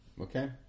Okay